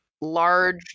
Large